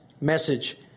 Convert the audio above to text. message